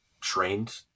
trained